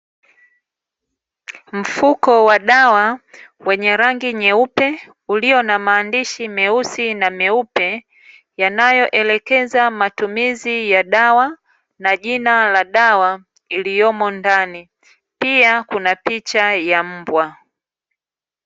Mfuko wa dawa wenye rangi nyeupe ulio na maandishi meusi na meupe, yanayoelekeza matumizi ya dawa na jina la dawa iliyomo ndani. Pia kuna picha ya mbwa.